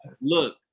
look